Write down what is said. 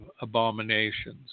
abominations